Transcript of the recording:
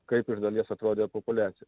kaip iš dalies atrodė populiacija